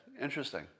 interesting